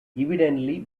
evidently